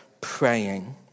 praying